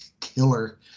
killer